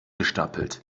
gestapelt